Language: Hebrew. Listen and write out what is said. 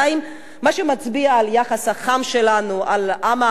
מה שמצביע על היחס החם שלנו לעם הארמני,